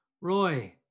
Roy